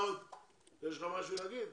יש לך משהו לומר?